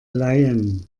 leihen